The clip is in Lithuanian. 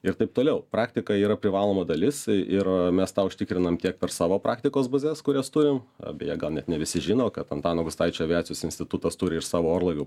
ir taip toliau praktika yra privaloma dalis ir mes tą užtikrinam tiek per savo praktikos bazes kurias turim beje gal net ne visi žino kad antano gustaičio aviacijos institutas turi ir savo orlaivių